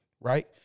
right